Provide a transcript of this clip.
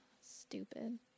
Stupid